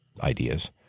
ideas